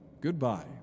Goodbye